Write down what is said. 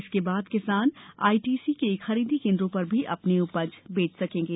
इसके अलावा किसान आईटीसी के खरीदी केन्द्रों पर भी अपनी उपज बेच सकेंगे